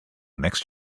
next